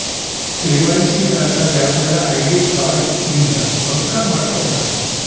KYC ದಾಗ ಯವ್ದರ ID card ಇಂದ ಪಕ್ಕ ಮಾಡ್ಕೊತರ